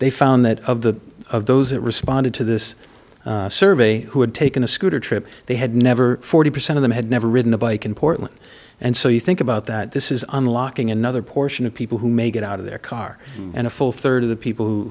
they found that of the of those that responded to this survey who had taken a scooter trip they had never forty percent of them had never ridden a bike in portland and so you think about that this is unlocking another portion of people who may get out of their car and a full third of the people who